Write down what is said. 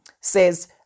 says